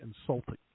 insulting